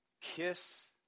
Kiss